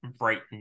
right